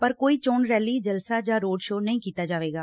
ਪਰ ਕੋਈ ਚੋਣ ਰੈਲੀ ਜਲਸਾ ਜਾਂ ਰੋਡ ਸ਼ੋਅ ਨਹੀਂ ਕੀਤਾ ਜਾ ਸਕੇਗਾ